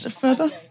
further